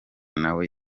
nawe